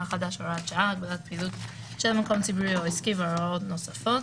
החדש (הוראת שעה) (הגבלת פעילות של מקום ציבורי או עסקי והוראות נוספות),